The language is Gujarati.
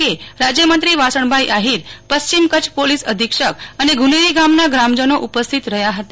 કે રાજયમંત્રી વાસણભાઈ આહિર પશ્ચિમ કચ્છ પોલીસ અધિક્ષક અને ગુનેરી ગામના ગ્રામજનો ઉપસ્થિત રહ્યા હતા